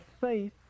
faith